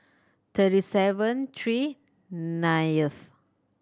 thirty seven three ninth